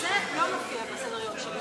זה לא מופיע בסדר-היום שלי.